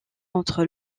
entre